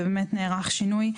ובאמת נערך שינוי.